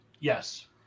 Yes